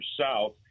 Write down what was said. south